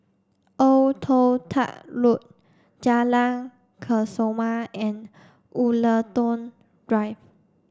Old Toh Tuck Road Jalan Kesoma and Woollerton Drive